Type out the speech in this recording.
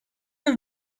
have